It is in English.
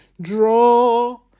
draw